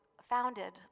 founded